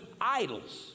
idols